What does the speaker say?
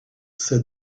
said